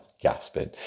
gasping